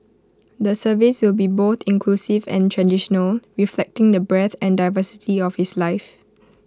the service will be both inclusive and traditional reflecting the breadth and diversity of his life